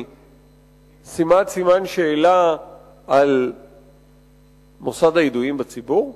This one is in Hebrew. היא שימת סימן שאלה על מוסד הידועים בציבור?